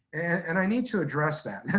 and i need to address that.